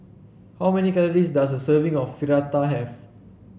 how many calories does a serving of Fritada have